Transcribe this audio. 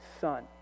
Son